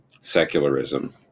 secularism